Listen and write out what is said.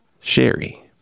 Sherry